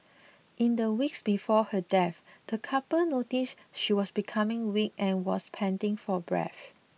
in the weeks before her death the couple noticed she was becoming weak and was panting for breath